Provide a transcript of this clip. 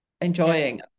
enjoying